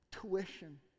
tuition